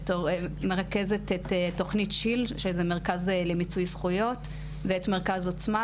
בתור מרכזת את תוכנית שי"ל שזה מרכז למיצוי זכויות ואת מרכז עוצמה,